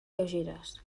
lleugeres